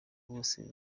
bose